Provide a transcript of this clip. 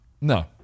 No